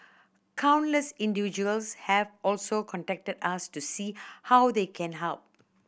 countless individuals have also contacted us to see how they can help